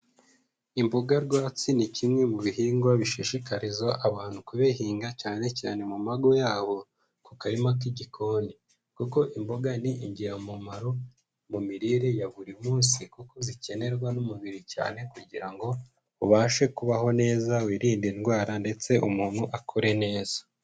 Imboga rwatsi ni kimwe mu bihingwa bishishikariza abantu kubihinga cyane cyane mu mago yabo ku karima k'igikoni, kuko imboga ni ingiramumaro mu mirire ya buri munsi kuko zikenerwa n'umubiri cyane, kugira ngo ubashe kubaho neza wirinde indwara ndetse umuntu akure neza.